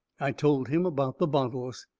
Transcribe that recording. i told him about the bottles.